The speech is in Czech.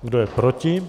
Kdo je proti?